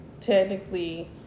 technically